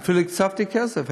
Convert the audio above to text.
אפילו הקצבתי כסף.